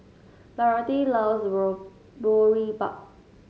Dorothy loves Boribap